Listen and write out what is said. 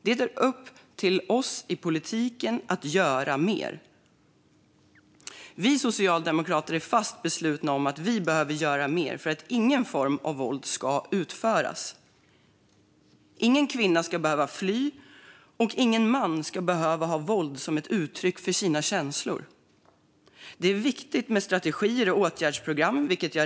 Det är upp till oss i politiken att göra mer. Vi socialdemokrater är fast beslutna att göra mer för att ingen form av våld ska utföras. Ingen kvinna ska behöva fly, och ingen man ska behöva ha våld som uttryck för sina känslor. Det är som sagt viktigt med strategier och åtgärdsprogram.